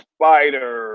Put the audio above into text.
Spider